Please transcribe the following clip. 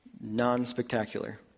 non-spectacular